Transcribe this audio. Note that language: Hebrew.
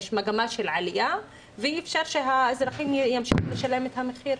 יש מגמה של עלייה ואי אפשר שהאזרחים ימשיכו לשלם את המחיר.